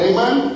Amen